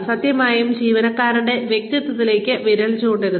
സത്യമായും ജീവനക്കാരന്റെ വ്യക്തിത്വത്തിലേക്ക് വിരൽ ചൂണ്ടരുത്